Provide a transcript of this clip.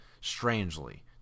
strangely